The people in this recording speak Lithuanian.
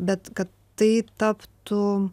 bet kad tai taptų